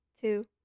two